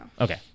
okay